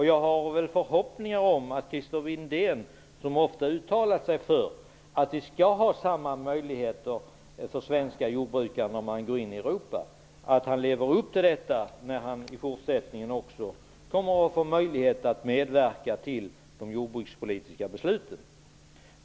Jag har förhoppningar om att Christer Windén, som ofta har uttalat sig för att svenska jordbrukare skall ha likvärdiga möjligheter när vi går in i Europa, skall leva upp till detta när han i fortsättningen får möjlighet att medverka till de jordbrukspolitiska besluten.